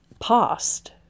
past